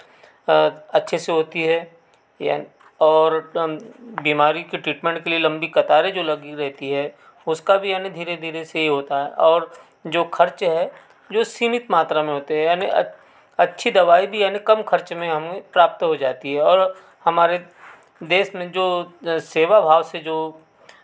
अच्छे से होती है या और बीमारी के ट्रीटमेंट के लिए लंबी कतार है जो लगी रहती है उसका भी यानी धीरे धीरे से ही होता है और जो खर्च है जो सीमित मात्रा में होते हैं यानी अच्छी दवाई भी यानी कम खर्चे में हमें प्राप्त हो जाती है और हमारे देश में जो सेवा भाव से जो